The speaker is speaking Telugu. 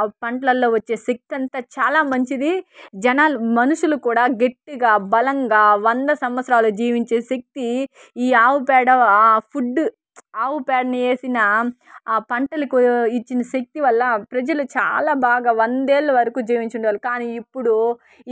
ఆ పంటల్లో వచ్చే శక్తి అంతా చాలా మంచిది జనాలు మనుషులు కూడా గట్టిగా బలంగా వంద సంవత్సరాలు జీవించే శక్తి ఈ ఆవు పేడ ఆ ఫుడ్ ఆవు పేడని వేసిన ఆ పంటలకు ఇచ్చిన శక్తి వల్ల ప్రజలు చాలా బాగా వందేళ్ళ వరకు జీవించేవారు కానీ ఇప్పుడు